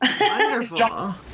Wonderful